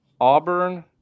Auburn